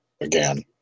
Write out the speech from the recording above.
again